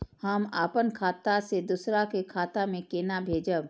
हम आपन खाता से दोहरा के खाता में केना भेजब?